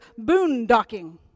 boondocking